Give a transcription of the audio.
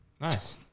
Nice